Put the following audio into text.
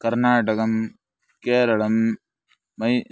कर्णाटकं केरळं मै